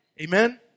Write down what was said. Amen